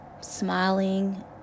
smiling